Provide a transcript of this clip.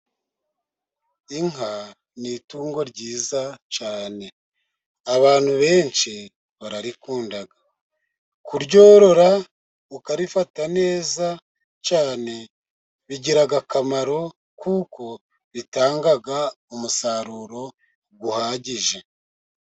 Inka ni itungo ryiza cyane. Abantu benshi bararikunda. Kuryorora ukarifata neza cyane bigira akamaro, kuko bitanga umusaruro uhagije.